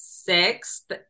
Sixth